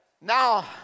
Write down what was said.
Now